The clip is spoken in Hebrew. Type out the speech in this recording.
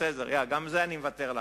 גם על זה אני מוותר לכם.